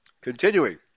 Continuing